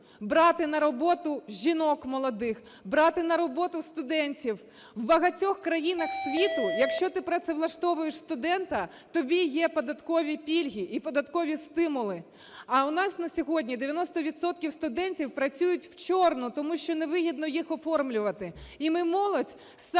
брати на роботу жінок молодих, брати на роботу студентів. В багатьох країнах світу, якщо ти працевлаштовуєш студента, тобі є податкові пільги і податкові стимули. А у нас на сьогодні 90 відсотків студентів працюють "в чорну", тому що невигідно їх оформлювати. І ми молодь з самих